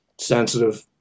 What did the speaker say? sensitive